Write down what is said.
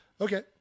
Okay